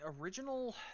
original